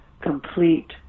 complete